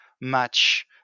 match